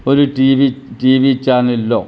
ഒരു TV TV ചാനലിലോ